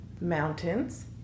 Mountains